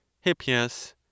Hippias